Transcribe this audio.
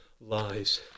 lies